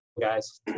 guys